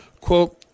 quote